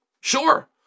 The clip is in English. sure